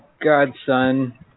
godson